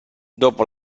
dopo